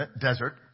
desert